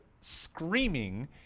screaming